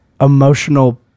emotional